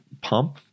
pump